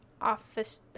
office